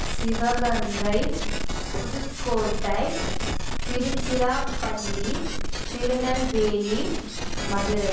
Sivaganga Pudukkottai Tiruchirappalli Tirunelveli Madurai